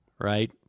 right